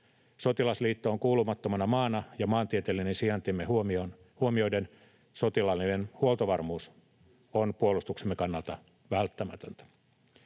Sotilasliittoon kuulumattomana maana ja maantieteellinen sijaintimme huomioiden sotilaallinen huoltovarmuus on puolustuksemme kannalta välttämätöntä.